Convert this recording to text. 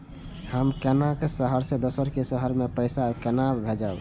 हम केना शहर से दोसर के शहर मैं पैसा केना भेजव?